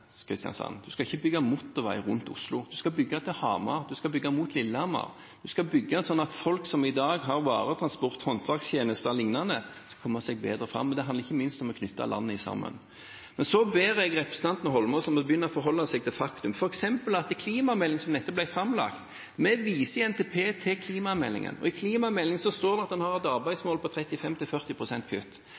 Kristiansand, ikke rundt Stavanger eller Kristiansand. Man skal ikke bygge motorvei rundt Oslo, man skal bygge til Hamar, man skal bygge mot Lillehammer. Man skal bygge slik at folk som i dag har varetransport, håndverkstjenester o.l., skal komme seg bedre fram. Det handler ikke minst om å knytte landet sammen. Jeg ber representanten Eidsvoll Holmås om å begynne å forholde seg til faktum, f.eks. at i klimameldingen som nettopp ble framlagt – vi viser til klimameldingen i NTP – står det at man har et arbeidsmål på 35–40 pst. kutt.